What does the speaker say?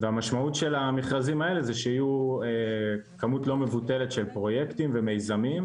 והמשמעות של המכרזים האלה זה שיהיו כמות לא מבוטלת של פרויקטים ומיזמים,